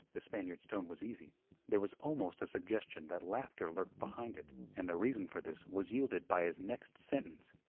the spaniard's tone was easy there was almost a suggestion that laughter lurked behind it, and the reason for this was yielded by his next sentence.